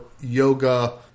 yoga